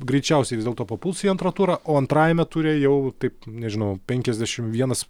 greičiausiai vis dėlto papuls į antrą turą o antrajame ture jau taip nežinau penkiasdešim vienas